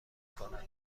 کنن